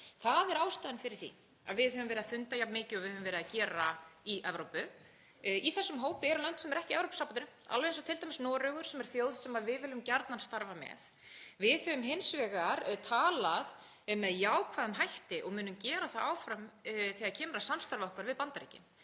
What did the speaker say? Það er ástæðan fyrir því að við höfum verið að funda jafn mikið og við höfum verið að gera í Evrópu. Í þessum hópi eru lönd sem eru ekki í Evrópusambandinu eins og t.d. Noregur sem er þjóð sem við viljum gjarnan starfa með. Við höfum hins vegar talað með jákvæðum hætti og munum gera það áfram þegar kemur að samstarfi okkar við Bandaríkin.